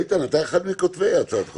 איתן, אתה אחד מכותבי הצעת החוק.